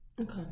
Okay